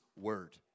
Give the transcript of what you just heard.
word